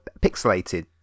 pixelated